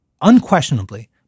unquestionably